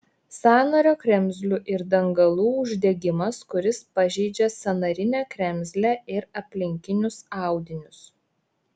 sąnario kremzlių ir dangalų uždegimas kuris pažeidžia sąnarinę kremzlę ir aplinkinius audinius